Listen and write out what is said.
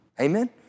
amen